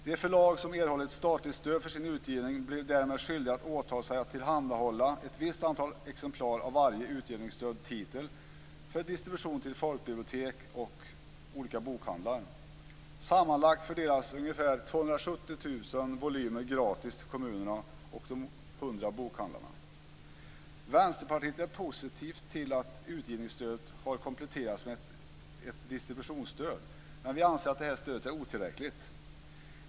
Det förlag som erhållit statligt stöd för sin utgivning blev därmed skyldig att åta sig att tillhandahålla ett visst antal exemplar av varje utgivningsstödd titel för distribution till folkbibliotek och olika bokhandlar. Sammanlagt fördelas ungefär 270 000 volymer gratis till kommunerna och de 100 bokhandlarna. Vänsterpartiet är positivt till att utgivningsstödet har kompletterats med ett distributionsstöd, men vi anser att det här stödet är otillräckligt.